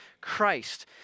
Christ